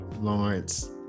Lawrence